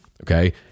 Okay